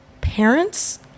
parents